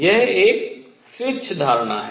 यह एक स्वच्छे धारणा है